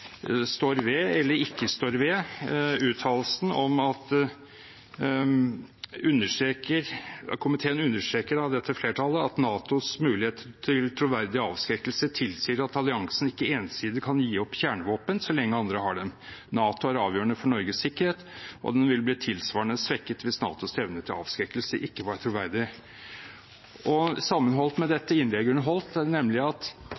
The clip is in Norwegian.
står ved eller ikke står ved uttalelsen fra komiteen: «Flertallet understreker at NATOs mulighet til troverdig avskrekkelse tilsier at alliansen ikke ensidig kan gi opp kjernevåpen så lenge andre har dem. NATO er avgjørende for Norges sikkerhet, og den ville blitt tilsvarende svekket hvis NATOs evne til avskrekkelse ikke var troverdig.» Sammenholdt med innlegget hun holdt, nemlig at